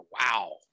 wow